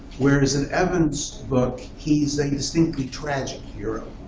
whereas in evan's book, he's a distinctly tragic hero.